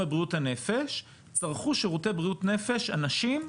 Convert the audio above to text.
בריאות הנפש צרכו שירותי בריאות נפש אנשים,